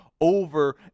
over